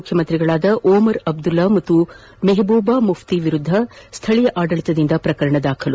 ಮುಖ್ಯಮಂತ್ರಿಗಳಾದ ಓಮರ್ ಅಬ್ಲುಲ್ಲಾ ಮತ್ತು ಮೋಹಬೂಬಾ ಮುಫ್ತಿ ವಿರುದ್ದ ಸ್ಥಳೀಯ ಆಡಳಿತದಿಂದ ಪ್ರಕರಣ ದಾಖಲು